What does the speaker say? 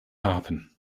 happen